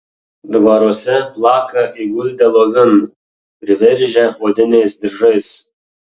dvaruose plaka įguldę lovin priveržę odiniais diržais